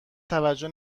توجه